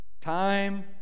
Time